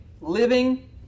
living